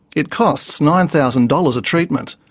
it costs nine thousand dollars a treatment.